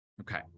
okay